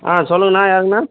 ஆ சொல்லுங்கண்ணா யாருங்கண்ணா